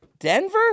Denver